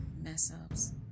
mess-ups